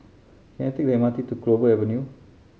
can I take the M R T to Clover Avenue